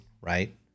right